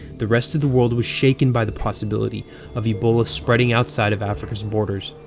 the rest of the world was shaken by the possibility of ebola spreading outside of africa's borders.